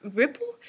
ripple